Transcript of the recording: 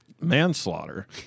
manslaughter